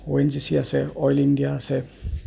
অ' N G C আছে oil India আছে